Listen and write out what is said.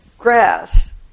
grass